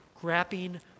grabbing